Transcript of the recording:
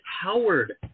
Howard